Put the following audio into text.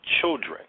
children